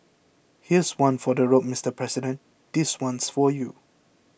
here's one for the road Mister President this one's for you